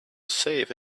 safe